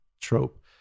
trope